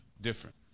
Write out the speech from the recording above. different